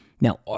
Now